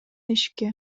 эшикке